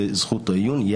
לזכות העיון.